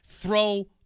throw